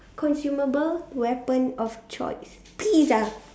consumable weapon of choice pizza